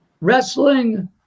wrestling